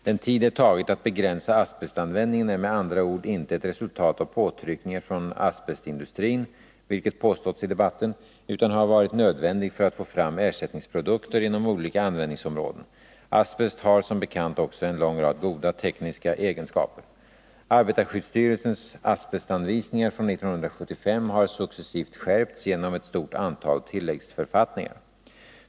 Den tid det tagit att begränsa asbestanvändningen är med andra ord inte ett resultat av påtryckningar från asbestindustrin, vilket påståtts i debatten, utan har varit nödvändig för att få fram ersättningsprodukter inom olika användningsområden. Asbest har som bekant också en lång rad goda tekniska egenskaper. Arbetarskyddsrörelsens asbestanvisningar från 1975 har successivt skärpts genom ett stort antal tilläggsförfattningar.